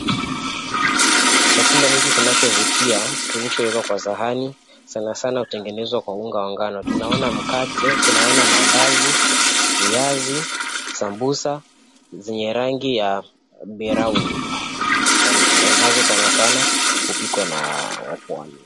Chakula hiki kinachovutia kilichowekwa kwa sahani sana sana hutengenezwa kwa unga ya ngano. Tunaona mkate, tunaona mandazi, viazi, sambusa zenye rangi ya birauni, ambazo sanasana hupikwa na wapwani.